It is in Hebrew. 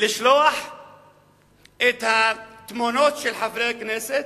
לשלוח את התמונות של חברי הכנסת,